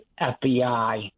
FBI